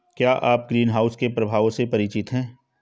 क्या आप ग्रीनहाउस के प्रभावों से परिचित हैं?